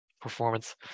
performance